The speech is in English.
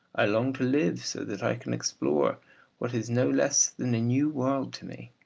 i long live so that i can explore what is no less than a new world to me.